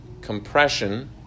compression